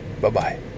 Bye-bye